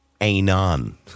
Anon